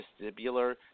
vestibular